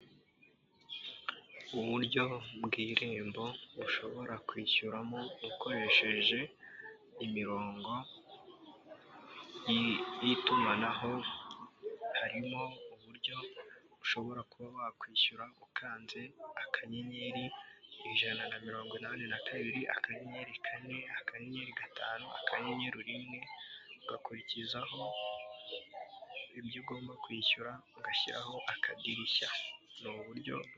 Uburyo bw'irembo ushobora kwishyuramo ukoresheje imirongo y'itumanaho harimo uburyo ushobora kuba wakwishyura ukanzekannyeri ijana na mirongo inani na kabiri akanyeri gatanu akanyeri rimwe ugakurikizaho ibyo ugomba kwishyura ugashyiraho akadirishya nibwo buryo.